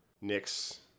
Knicks